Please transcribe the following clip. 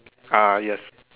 ah yes